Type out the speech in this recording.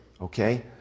Okay